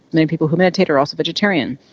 many people who meditate are also vegetarian.